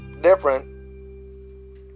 different